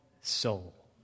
soul